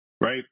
right